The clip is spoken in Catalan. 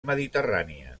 mediterrànies